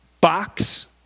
box